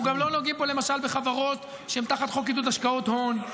אנחנו גם לא נוגעים פה למשל בחברות שהן תחת חוק עידוד השקעות הון.